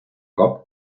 cop